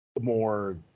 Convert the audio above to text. more